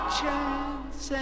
chance